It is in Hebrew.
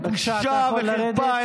בושה וחרפה.